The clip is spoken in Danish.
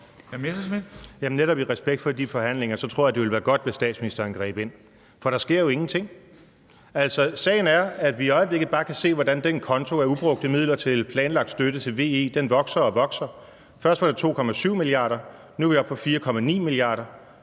Messerschmidt (DF): Jamen netop i respekt for de forhandlinger tror jeg det ville være godt, hvis statsministeren greb ind, for der sker jo ingenting. Altså, sagen er, at vi i øjeblikket bare kan se, hvordan den konto af ubrugte midler til planlagt støtte til VE vokser og vokser. Først var det 2,7 mia. kr., nu er vi oppe på 4,9 mia.